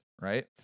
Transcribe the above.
right